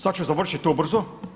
Sad ću završit ubrzo.